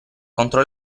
contro